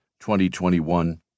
2021